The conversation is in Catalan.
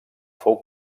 fou